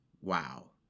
Wow